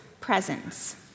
presence